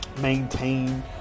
maintain